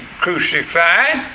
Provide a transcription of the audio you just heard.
crucified